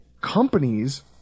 Companies